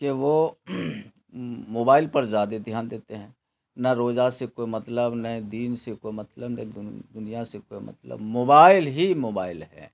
کہ وہ موبائل پر زیادہ دھیان دیتے ہیں نہ روزہ سے کوئی مطلب نہ ہی دین سے کوئی مطلب نہ ہی دنیا سے کوئی مطلب موبائل ہی موبائل ہے